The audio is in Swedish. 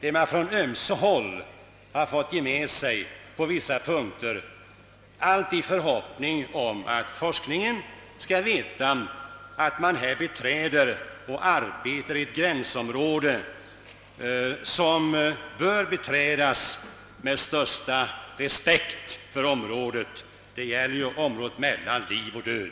Vi har på ömse håll fått ge med oss på vissa punkter, allt i förhoppning att forskningen skall veta att det är ett gränsområde som beträdes och att det därför är nödvändigt att arbeta med största respekt på området i fråga. Det gäller ju området mellan liv och död.